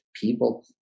people